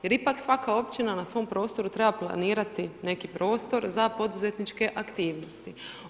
Jer ipak svaka općina na svom prostoru treba planirati neki prostor za poduzetničke aktivnosti.